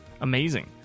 Amazing